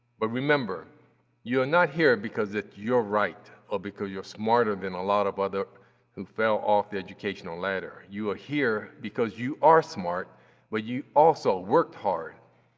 but remember you are not here because it's your right or because you're smarter than a lot of other who fell off the educational ladder. you are ah here because you are smart but you also worked hard,